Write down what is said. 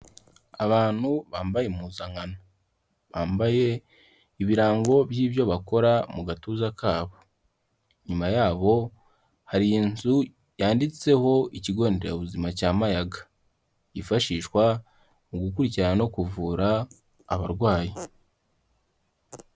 Abantu bambaye impuzankano, bambaye ibirango by'ibyo bakora mu gatuza kabo, inyuma yabo hari inzu yanditseho ikigo nderabuzima cya Mayaga, yifashishwa mu gukurikirana no kuvura abarwayi.